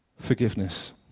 forgiveness